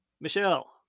Michelle